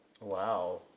Wow